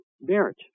merit